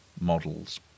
models